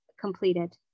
completed